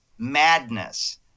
Madness